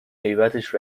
هیبتش